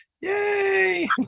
Yay